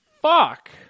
fuck